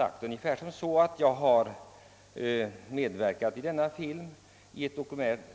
Nu sade han bara, att »jag har medverkat i denna film i ett